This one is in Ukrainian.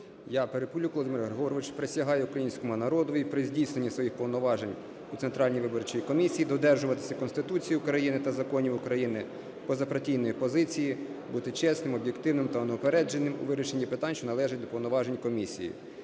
Я, Перепелюк Володимир Григорович, присягаю Українському народу при здійсненні своїх повноважень у Центральній виборчій комісії додержуватися Конституції України та законів України, позапартійної позиції, бути чесним, об'єктивним та неупередженим у вирішенні питань, що належать до повноважень Комісії,